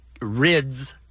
rids